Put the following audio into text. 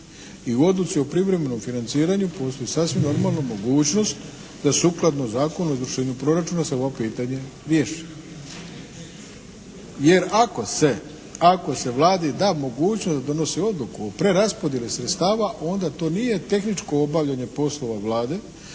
I u odluci o privremenom financiranju postoji sasvim normalno mogućnost da sukladno Zakonu o izvršenju proračuna se ovo pitanje riješi. Jer ako se, ako se Vladi da mogućnost da donosi odluku o preraspodjeli sredstava onda to nije tehničko obavljanje poslova Vlade